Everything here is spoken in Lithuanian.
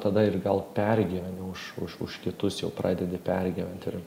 tada ir gal pergyveni už už už kitus jau pradedi pergyvent ir